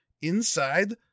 inside